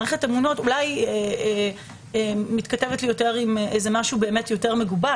מערכת אמונות אולי מתכתבת לי יותר עם משהו יותר מגובש.